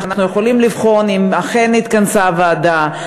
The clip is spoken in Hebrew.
אנחנו יכולים לבחון אם אכן התכנסה הוועדה,